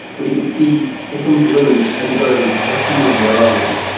but he could see that some of the women and the girls had tears in their eyes.